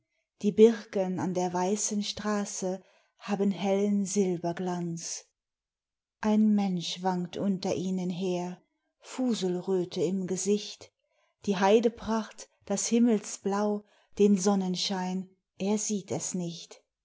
die birken an der weißen straße haben hellen silberglanz ein mensch wankt unter ihnen her fuselröte im gesicht die heidepracht das himmelsblau den sonnenschein er sieht es nicht